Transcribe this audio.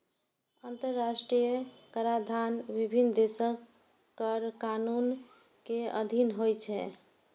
अंतरराष्ट्रीय कराधान विभिन्न देशक कर कानून के अधीन होइ छै